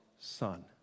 son